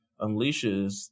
unleashes